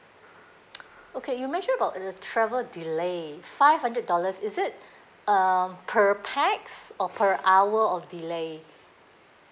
okay you mention about the travel delay five hundred dollars is it um per pax or per hour of delay